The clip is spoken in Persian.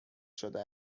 شده